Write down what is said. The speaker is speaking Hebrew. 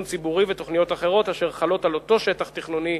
ציבורי לתוכניות אחרות אשר חלות על אותו שטח תכנוני,